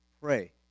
Pray